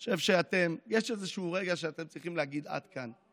אני חושב שיש איזשהו רגע שאתם צריכים להגיד: עד כאן,